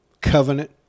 covenant